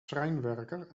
schrijnwerker